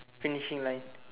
finishing line